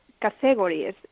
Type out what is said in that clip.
categories